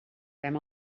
fem